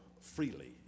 freely